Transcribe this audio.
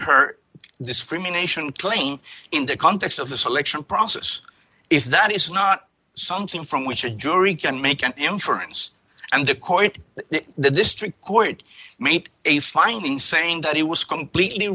her discrimination claim in the context of the selection process if that is not something from which a jury can make an inference and the court the district court made a finding saying that it was completely